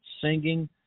singing